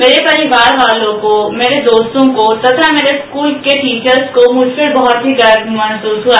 मेरे परिवारवालों को मेरे दोस्तों को तथा मेरे स्कूल के टीचर्स को मुझ पर बहत ही गर्व महससू हुआ